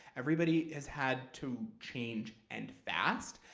everybody has had to change and fast.